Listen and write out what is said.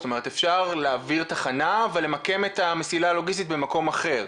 אפשר להעביר תחנה ולמקם את המסילה הלוגיסטית במקום אחר.